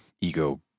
ego